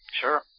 Sure